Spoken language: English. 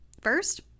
first